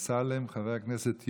חבר הכנסת יואל רזבוזוב,